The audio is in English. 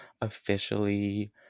officially